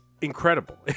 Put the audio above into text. incredible